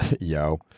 yo